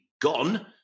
gone